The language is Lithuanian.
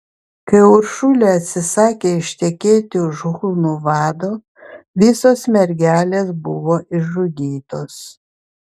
kai uršulė atsisakė ištekėti už hunų vado visos mergelės buvo išžudytos